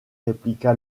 répliqua